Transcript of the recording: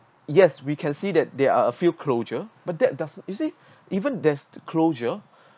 yes we can see that there are a few closure but that doesn't you see even there's closure